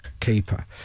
keeper